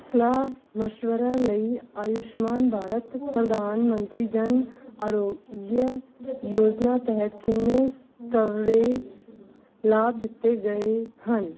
ਸਲਾਹ ਮਸ਼ਵਰਾ ਲਈ ਆਯੁਸ਼ਮਾਨ ਭਾਰਤ ਪ੍ਰਧਾਨ ਮੰਤਰੀ ਜਨ ਆਰੋਗਯ ਯੋਜਨਾ ਤਹਿਤ ਕਿੰਨੇ ਕਵਰੇਜ ਲਾਭ ਦਿੱਤੇ ਗਏ ਹਨ